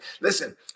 Listen